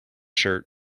shirt